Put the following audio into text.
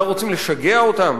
אנחנו רוצים לשגע אותם?